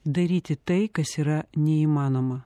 daryti tai kas yra neįmanoma